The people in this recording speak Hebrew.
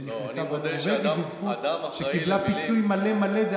שנכנסה בנורבגי בזכות פיצוי מלא מלא שקיבלה,